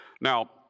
Now